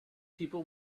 people